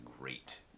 great